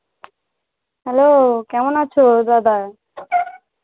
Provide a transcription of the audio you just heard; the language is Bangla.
হ্যালো কেমন আছো দাদা